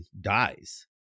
dies